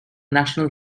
national